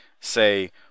say